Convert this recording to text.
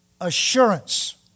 assurance